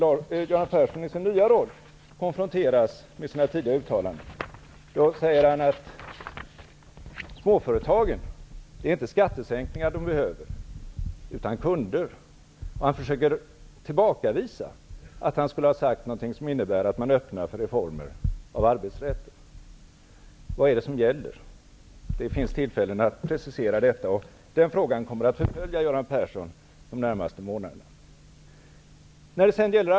När nu Göran Persson i sin nya roll konfronteras med sina tidigare uttalanden, säger han att småföretagen inte behöver några skattesänkningar, utan de behöver kunder. Han försöker att tillbakavisa att han har gjort uttalanden som skulle öppna för reformer av arbetsrätten. Vad är det som gäller? Det finns tillfällen för Göran Persson att precisera detta. Den frågan kommer att förfölja honom under de närmaste månaderna.